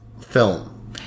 film